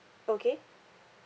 okay